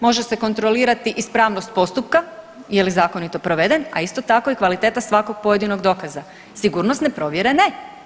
Može se kontrolirati ispravnost postupka je li zakonito proveden, a isto tako i kvaliteta svakog pojedinog dokaza sigurnosne provjere ne.